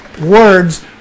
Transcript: words